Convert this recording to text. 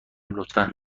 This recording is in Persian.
لطفا